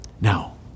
Now